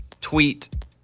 tweet